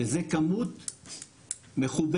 שזו כמות מכובדת.